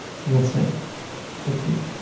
so let's say fifty.